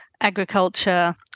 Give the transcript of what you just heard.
agriculture